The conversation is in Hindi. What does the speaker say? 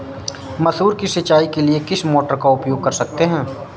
मसूर की सिंचाई के लिए किस मोटर का उपयोग कर सकते हैं?